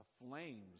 flames